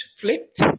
flipped